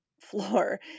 floor